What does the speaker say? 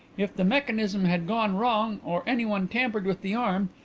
if the mechanism had gone wrong, or anyone tampered with the arm,